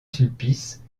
sulpice